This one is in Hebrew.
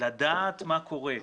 לדעת מה קורה.